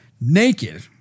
naked